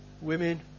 women